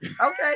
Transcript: Okay